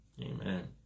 Amen